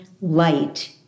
light